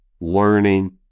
learning